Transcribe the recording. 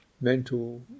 mental